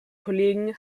kollegen